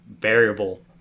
variable